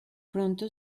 pronto